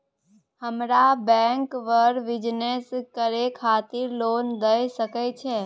हमरा बैंक बर बिजनेस करे खातिर लोन दय सके छै?